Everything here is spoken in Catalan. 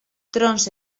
trons